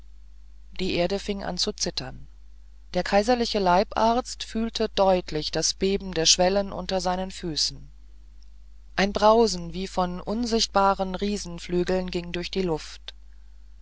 die erde fing an zu zittern der kaiserliche leibarzt fühlte deutlich das beben der schwellen unter seinen füßen ein brausen wie von unsichtbaren riesenflügeln ging durch die luft